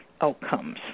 outcomes